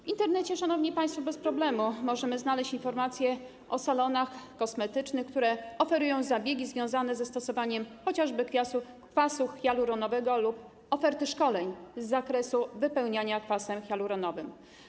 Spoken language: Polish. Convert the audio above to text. W Internecie, szanowni państwo, bez problemu możemy znaleźć informacje o salonach kosmetycznych, które oferują zabiegi związane ze stosowaniem chociażby kwasu hialuronowego, lub oferty szkoleń z zakresu wypełniania kwasem hialuronowym.